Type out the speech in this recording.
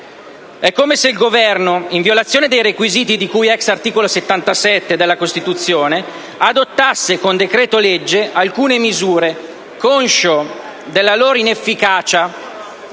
È come se il Governo, in violazione dei requisiti di cui *ex* articolo 77 della Costituzione adottasse con decreto-legge alcune misure conscio della loro inefficacia,